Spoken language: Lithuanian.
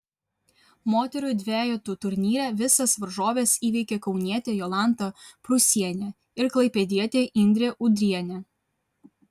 moterų dvejetų turnyre visas varžoves įveikė kaunietė jolanta prūsienė ir klaipėdietė indrė udrienė